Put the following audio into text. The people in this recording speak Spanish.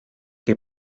que